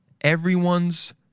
everyone's